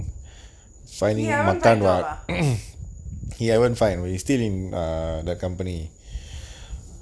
he haven't find job ah